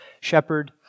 shepherd